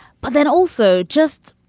but then also just